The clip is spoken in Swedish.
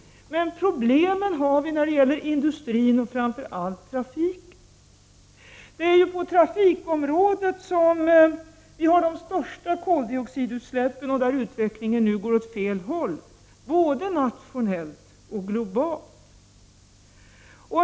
Problemen har vi när det gäller industrin och framför allt trafiken. Det är på trafikområdet som vi har de största koldioxidutsläppen, och det är där utvecklingen går åt fel håll, både nationellt och globalt.